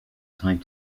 time